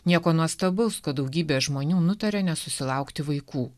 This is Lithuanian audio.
nieko nuostabaus kad daugybė žmonių nutarė nesusilaukti vaikų